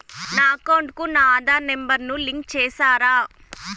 నా అకౌంట్ కు నా ఆధార్ నెంబర్ ను లింకు చేసారా